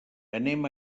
anem